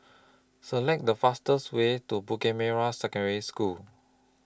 Select The fastest Way to Bukit Merah Secondary School